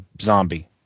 zombie